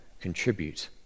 contribute